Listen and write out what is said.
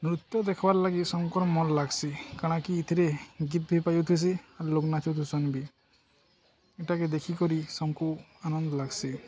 ନୃତ୍ୟ ଦେଖବାର୍ ଲାଗି ସଭିଙ୍କର୍ ମନ ଲାଗ୍ସି କାଣା କି ଇଥିରେ ଗୀତ ଭି ପାଇଥିୁସି ଆର୍ ଲୋକ୍ ନାଚୁଥିସନ୍ ବି ଏଟାକେ ଦେଖିିକରି ସଭିଙ୍କୁ ଆନନ୍ଦ ଲାଗ୍ସି